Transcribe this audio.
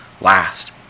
last